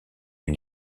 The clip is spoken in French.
une